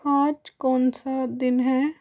आज कौनसा दिन है